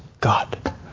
God